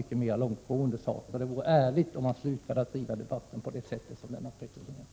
Det vore en gärd av ärlighet om Lennart Pettersson upphörde med att driva debatten på det sätt som han gör.